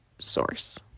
source